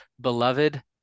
beloved